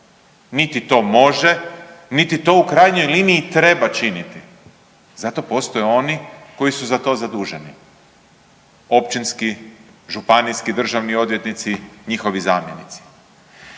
niti to može, niti to u krajnjoj liniji treba činiti, zato postoje oni koji su za to zaduženi općinski, županijski državni odvjetnici, njihovi zamjenici.